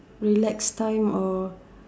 relax time or